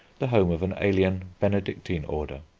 the home of an alien benedictine order.